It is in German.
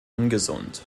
ungesund